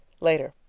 later.